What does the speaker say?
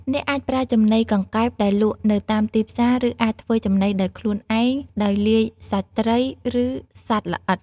អ្នកអាចប្រើចំណីកង្កែបដែលលក់នៅតាមទីផ្សារ ឬអាចធ្វើចំណីដោយខ្លួនឯងដោយលាយសាច់ត្រី ឬសត្វល្អិត។